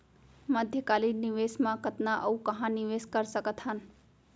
मध्यकालीन निवेश म कतना अऊ कहाँ निवेश कर सकत हन?